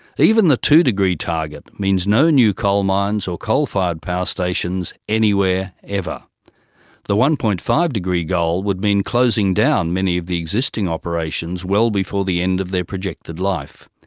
even the two degree target means no new coal mines or coal-fired power stations, anywhere, ever the one. five degree goal would mean closing down many of the existing operations well before the end of their projected life.